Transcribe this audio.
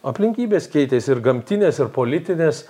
aplinkybės keitėsi ir gamtinės ir politinės